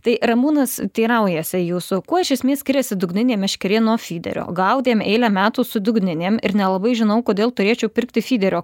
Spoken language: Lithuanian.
tai ramūnas teiraujasi jūsų kuo iš esmės skiriasi dugninė meškerė nuo fiderio gaudėm eilę metų su dugninėm ir nelabai žinau kodėl turėčiau pirkti fiderio